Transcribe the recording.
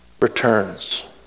returns